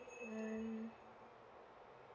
one